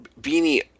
Beanie